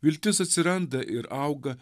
viltis atsiranda ir auga